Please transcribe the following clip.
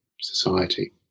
society